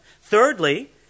Thirdly